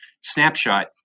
snapshot